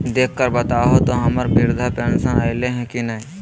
देख कर बताहो तो, हम्मर बृद्धा पेंसन आयले है की नय?